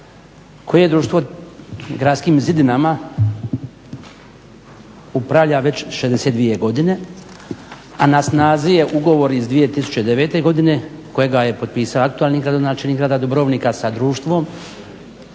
koje društvo gradskim zidinama upravlja već 62 godine, a na snazi je ugovor iz 2009. godine kojega je potpisao aktualni gradonačelnik grada Dubrovnika sa Društvom